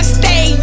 stay